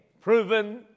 proven